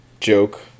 joke